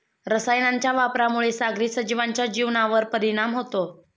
रसायनांच्या वापरामुळे सागरी सजीवांच्या जीवनावर परिणाम होतो